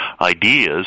ideas